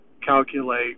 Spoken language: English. Calculate